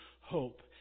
hope